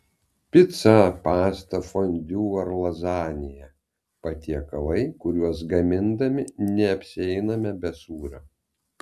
pica pasta fondiu ar lazanija patiekalai kuriuos gamindami neapsieiname be sūrio